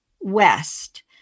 west